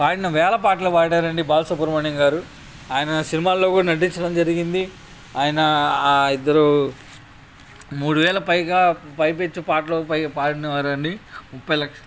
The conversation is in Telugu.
పాడిన వేల పాటలు పాడారండి బాలసుబ్రమణ్యం గారు ఆయన సినిమాలలో కూడా నటించటం జరిగింది ఆయన ఆ ఇద్దరు మూడు వేల పైగా పైపెచ్చు పాటలు పై పాడినవారండి ముప్పై లక్ష